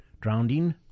drowning